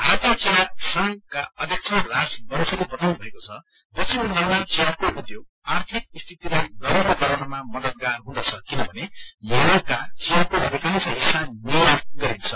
भारतीय चिया संघका अयक्ष राज बन्सलले बताउन् भएको छ पश्चिम बंगालमा चिया राउध्योग आर्थिक स्थितिलाई दहिलो गराउनमा मददगार हुँदछ किनभने यहाँका चियाको अधिकांश हिसा निर्यात गरिन्छ